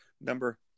number